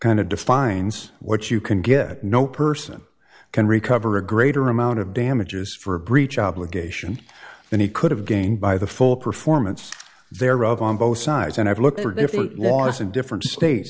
kind of defines what you can give no person can recover a greater amount of damages for breach obligation than he could have gained by the full performance thereof on both sides and i've looked for different